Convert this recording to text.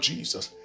Jesus